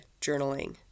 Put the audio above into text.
journaling